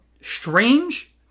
strange